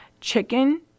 Chicken